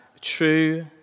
true